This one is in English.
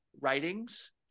writings